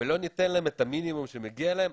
ולא ניתן להם את המינימום שמגיע להם,